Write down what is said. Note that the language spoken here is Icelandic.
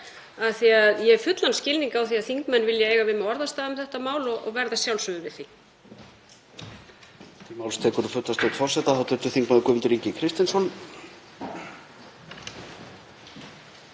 af því að ég hef fullan skilning á því að þingmenn vilji eiga við mig orðastað um þetta mál og verð að sjálfsögðu við því.